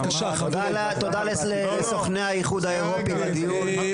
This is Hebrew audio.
תודה לסוכני האיחוד האירופי בדיון.